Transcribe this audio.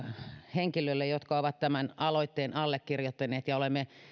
henkilölle jotka ovat tämän aloitteen allekirjoittaneet että